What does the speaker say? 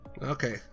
Okay